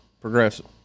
progressive